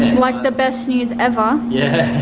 like the best news ever yeah